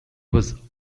was